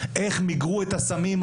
איך מיגרו את הסמים,